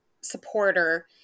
supporter